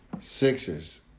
Sixers